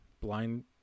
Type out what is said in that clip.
Blind